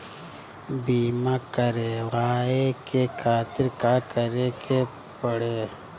बीमा करेवाए के खातिर का करे के पड़ेला?